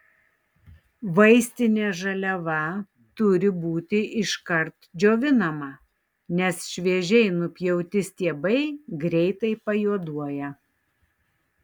vaistinė žaliava turi būti iškart džiovinama nes šviežiai nupjauti stiebai greitai pajuoduoja